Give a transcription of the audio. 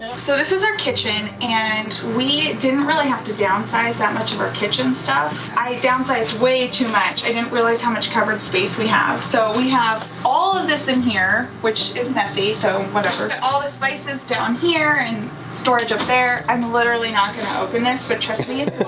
so this is our kitchen and we didn't really have to down size that much of our kitchen stuff. i down sized way too much. i didn't realize how much covered space we have. so we have all this in here, which is messy, so whatever. all the spices down here and storage up there, i'm literally not gonna open this but trust me it's